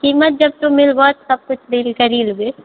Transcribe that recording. कीमत जब तू मिलबहऽ सब किछु डील करी लेबै